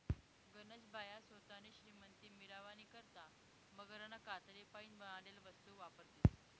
गनज बाया सोतानी श्रीमंती मिरावानी करता मगरना कातडीपाईन बनाडेल वस्तू वापरतीस